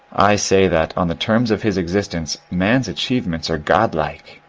i say that, on the terms of his existence, man's achievements are god-like.